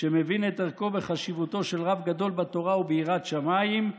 שמבין את ערכו וחשיבותו של רב גדול בתורה וביראת שמיים,